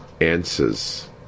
answers